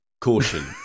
Caution